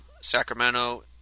Sacramento